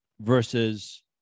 versus